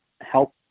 help